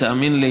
תאמין לי,